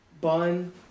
bun